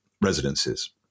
residences